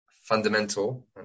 fundamental